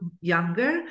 younger